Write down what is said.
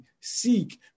seek